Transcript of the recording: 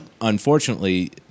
unfortunately